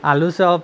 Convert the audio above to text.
আলু চপ